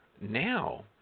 now